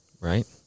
right